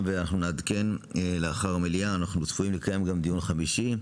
אנחנו נעדכן לאחר המליאה אנחנו צפויים לקיים גם דיון חמישי,